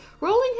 rolling